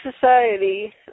society